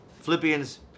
Philippians